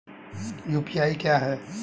UPI क्या है?